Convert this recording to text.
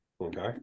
Okay